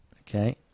Okay